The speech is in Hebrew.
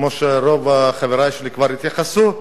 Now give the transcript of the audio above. כמו שרוב חברי כבר התייחסו,